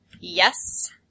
Yes